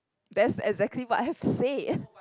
that's exactly what I've said